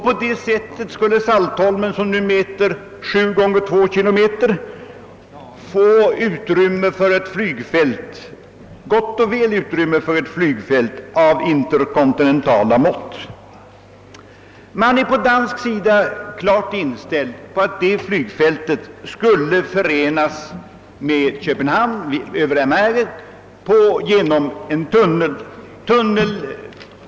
På det sättet skulle Saltholm, som nu mäter 7 gånger 2 km, gott och väl få utrymme för ett flygfält av interkomtinentala mått. Man är på dansk sida inställd på att det flygfältet skulle förenas med Köpenhamn via Amager genom en tunnel.